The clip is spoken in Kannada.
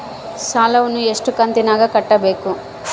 ಸಾಲವನ್ನ ಎಷ್ಟು ಕಂತಿನಾಗ ಕಟ್ಟಬೇಕು?